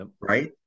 right